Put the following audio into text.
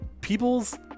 people's